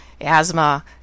asthma